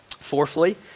Fourthly